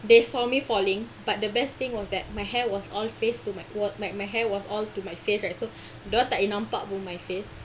they saw me falling but the best thing was that my hair was all face oh to my my hair was all to my face right so dia orang tak boleh nampak pun my face